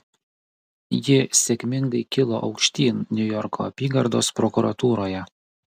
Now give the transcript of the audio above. ji sėkmingai kilo aukštyn niujorko apygardos prokuratūroje